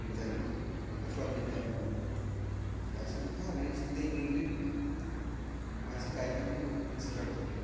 मोजां हास्लाब हैला हनै दासो अखा हानानै एसे दै मोनदों दासो गायहांदों मानसिफ्राबो